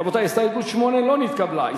רבותי, לחלופין לא נתקבלה.